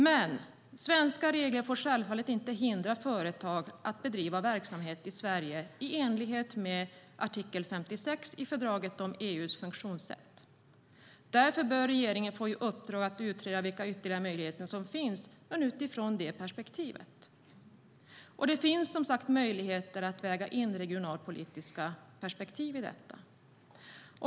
Men svenska regler får självklart inte hindra företag att bedriva verksamhet i Sverige i enlighet med artikel 56 i fördraget om EU:s funktionssätt. Därför bör regeringen få i uppdrag att utreda vilka ytterligare möjligheter som finns utifrån det perspektivet. Det finns, som sagt, möjligheter att väga in regionalpolitiska perspektiv i detta.